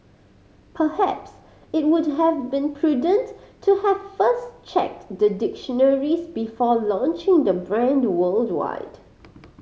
perhaps it would have been prudent to have first checked the dictionaries before launching the brand worldwide